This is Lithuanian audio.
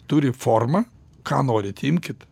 turi formą ką norit imkit